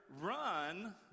run